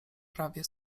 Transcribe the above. prawie